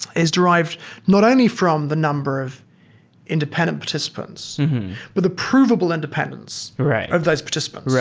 is derived not only from the number of independent participants with approvable independence of those participants.